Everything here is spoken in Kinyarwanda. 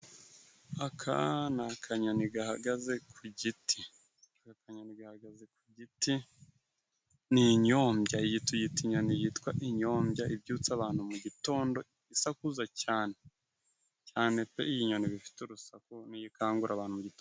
Aka ni akanyoni gahagaze ku giti, aka kanyoni gahagaze ku giti ni nyombya. Iyi tuyita inyoni yitwa inyombya ibyutsa abantu mu gitondo isakuza cyane, cyane pe! iyi nyoni iba ifite urusaku ni yo ikangura abantu mu gitondo.